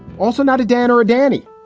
also not a dan or ah danny.